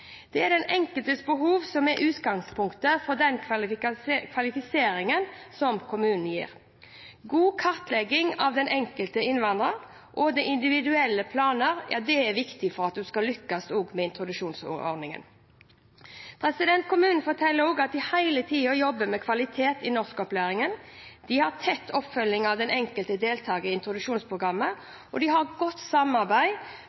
kvalifiseringen som kommunen gir. God kartlegging av den enkelte innvandrer og individuelle planer er viktig for at man skal lykkes med introduksjonsordningen. Kommunen forteller også at de hele tiden jobber med kvalitet i norskopplæringen. De har tett oppfølging av den enkelte deltager i introduksjonsprogrammet, og de har et godt samarbeid